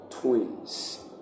twins